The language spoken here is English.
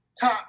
top